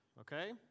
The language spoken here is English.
okay